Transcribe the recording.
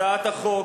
הצעת החוק,